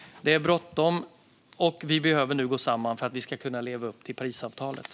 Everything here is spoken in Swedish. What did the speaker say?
Det är bråttom, och vi behöver nu gå samman för att vi ska kunna leva upp till Parisavtalet.